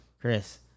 Chris